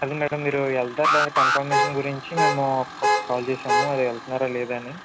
అది మేడం మీరు వెళ్తారో లేదో కన్ఫర్మేషన్ గురించి మేము కా కాల్ చేసాము వెళ్తున్నారో లేదో అని